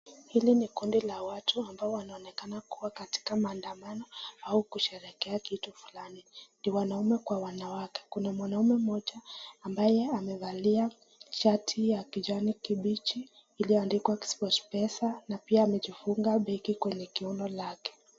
Hili ni kundi la watu ambao wanaonekana kua katika maandamano ama kusherehekea kitu fulani. Ni wanaume kwa wanawake. Kuna mwanamume mmoja ambaye amevalia shati ya kijani kibichi iliyo andikwa Sportpesa na pia amajifunga kwenye begi kiono lake